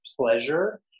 pleasure